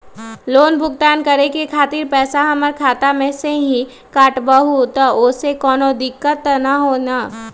Loan भुगतान करे के खातिर पैसा हमर खाता में से ही काटबहु त ओसे कौनो दिक्कत त न होई न?